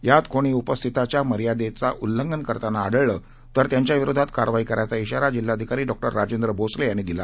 यात कोणी उपस्थितीच्या मर्यादेच्या उल्लंघन करताना आढळलं तर त्यांच्याविरोधात कारवाई करायचा इशारा जिल्हाधिकारी डॉ राजेंद्र भोसले यांनी दिला